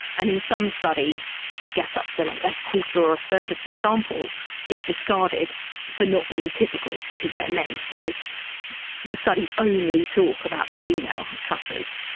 and in some studies you get up to like a quarter or a third of the sample is discarded for not being typical because they are men. so the studies only talk about the female cutters,